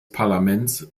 parlaments